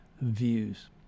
Views